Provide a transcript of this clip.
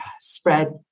spread